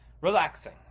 relaxing